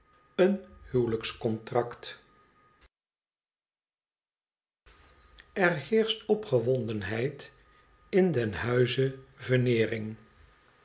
een hxrwelijkscontract er heerscht opgewondenheid in den huize